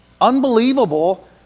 unbelievable